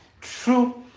true